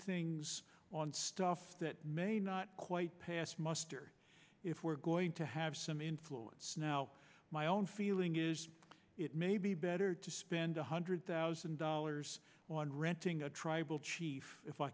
things on stuff that may not quite pass muster if we're going to have some influence now my own feeling is it may be better to spend a hundred thousand dollars on renting a tribal chief if i